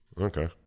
Okay